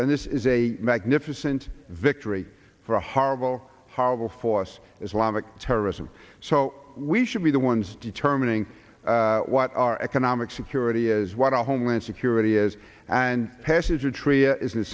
then this is a magnificent victory for a horrible horrible force islamic terrorism so we should be the ones determining what our economic security what our homeland security is and